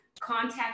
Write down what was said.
contact